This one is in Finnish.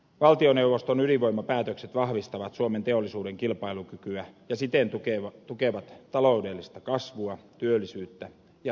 valtioneuvoston ydinvoimapäätökset vahvistavat suomen teollisuuden kilpailukykyä ja siten tukevat taloudellista kasvua työllisyyttä ja hyvinvointia